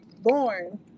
born